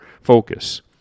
focus